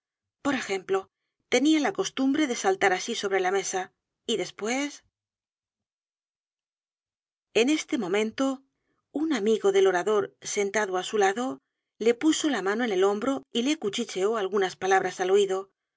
r ejemplo tenía la costumbre de saltar así sobre la mesa y después en este momento un amigo del orador sentado á su lado le puso la mano en el hombro y le cuchicheó algunas palabras al oído